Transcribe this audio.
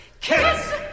Kiss